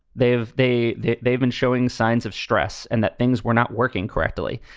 they've they they've they've been showing signs of stress and that things were not working correctly.